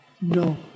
No